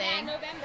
November